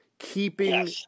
keeping